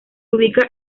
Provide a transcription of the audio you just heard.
ubica